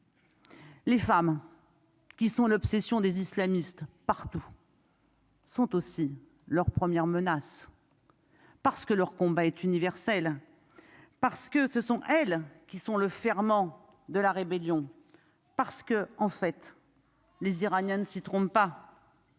Les femmes qui sont l'obsession des islamistes. Sont aussi leur première menace parce que leur combat est universelle, parce que ce sont elles qui sont le ferment de la rébellion, parce que, en fait, les Iraniens ne s'y trompe pas,